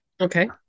Okay